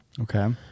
Okay